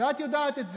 ואת יודעת את זה.